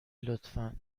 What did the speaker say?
لطفا